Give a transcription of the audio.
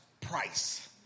price